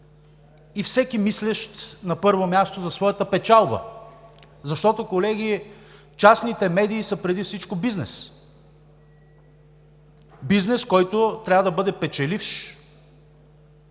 и всеки, мислещ на първо място за своята печалба, защото, колеги, частните медии са преди всичко бизнес, бизнес, който трябва да бъде печеливш